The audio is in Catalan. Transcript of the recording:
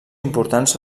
importants